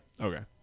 Okay